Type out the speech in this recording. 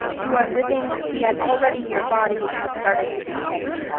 you are living, yet already, your body has started to decay.